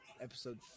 Episode